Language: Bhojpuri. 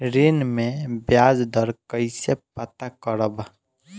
ऋण में बयाज दर कईसे पता करब?